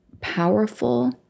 powerful